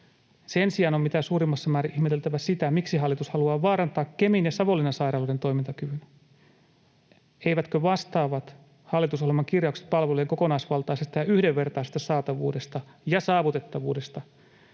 Sen sijaan on mitä suurimmassa määrin ihmeteltävä sitä, miksi hallitus haluaa vaarantaa Kemin ja Savonlinnan sairaaloiden toimintakyvyn. Eivätkö vastaavat hallitusohjelman kirjaukset palvelujen kokonaisvaltaisesta ja yhdenvertaisesta saatavuudesta ja saavutettavuudesta